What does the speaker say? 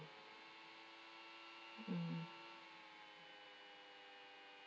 mm